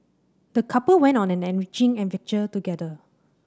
the couple went on an enriching adventure together